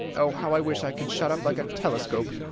oh, how i wish i could shut up like a telescope!